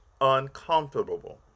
uncomfortable